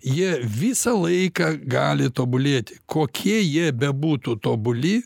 jie visą laiką gali tobulėti kokie jie bebūtų tobuli